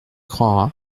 croira